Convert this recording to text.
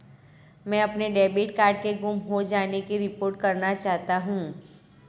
मैं अपने debit card के गुम हो जाने की रिपोर्ट करना चाहता हूँ